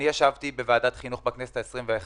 ישיבה של ועדת החינוך בכנסת ה-21